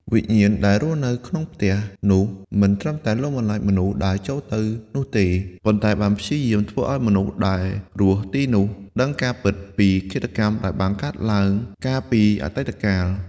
វិញ្ញាណដែលរស់នៅក្នុងផ្ទះនោះមិនត្រឹមតែលងបន្លាចមនុស្សដែលចូលទៅនោះទេ ប៉ុន្តែបានព្យាយាមធ្វើឲ្យមនុស្សដែលរស់ទីនោះដឹងការពិតពី ឃាតកម្មដែលបានកើតឡើងកាលពីអតីតកាល។